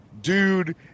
dude